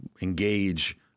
engage